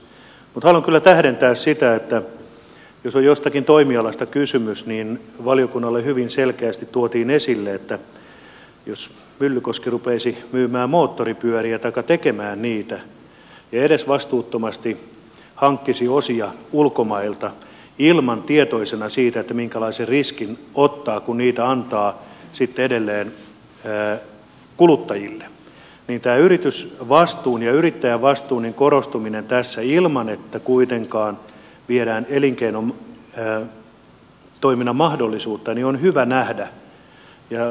mutta haluan kyllä tähdentää sitä että jos on jostakin toimialasta kysymys niin valiokunnalle hyvin selkeästi tuotiin esille että jos myllykoski rupeaisi myymään moottoripyöriä taikka tekemään niitä ja edesvastuuttomasti hankkisi osia ulkomailta ilman tietoa siitä minkälaisen riskin ottaa kun niitä antaa sitten edelleen kuluttajille niin tämä yritysvastuun ja yrittäjän vastuun korostuminen tässä ilman että kuitenkaan viedään elinkeinotoiminnan mahdollisuutta on hyvä nähdä